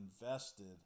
invested